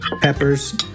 peppers